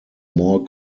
more